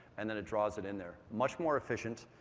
and then it draws it in there. much more efficient,